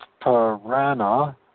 Parana